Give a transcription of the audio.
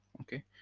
okay